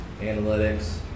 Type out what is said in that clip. analytics